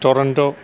Toronto